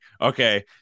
okay